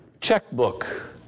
checkbook